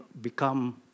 become